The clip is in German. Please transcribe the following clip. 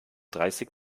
dreißig